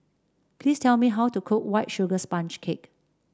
please tell me how to cook White Sugar Sponge Cake